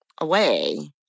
away